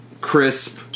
crisp